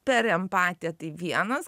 per empatiją tai vienas